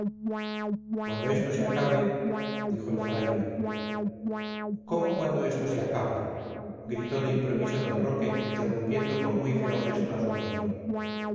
cuando esto se acabe dijo el fraile cómo cuando esto se acabe gritó de improviso d roque interrumpiendo con muy feo gesto a su amigo